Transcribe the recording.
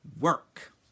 work